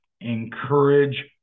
encourage